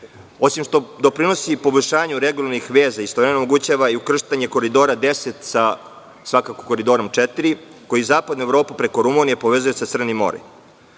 Osim što doprinosi poboljšanju regionalnih veza, istovremeno omogućava i ukrštanje Koridora 10 sa Koridorom 4 koji zapadnu Evropu preko Rumunije povezuje sa Crnim morem.